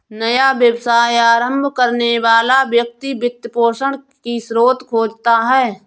नया व्यवसाय आरंभ करने वाला व्यक्ति वित्त पोषण की स्रोत खोजता है